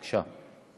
בבקשה.